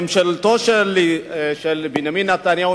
ממשלתו של בנימין נתניהו,